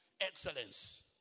excellence